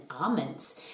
almonds